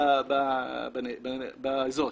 באזור.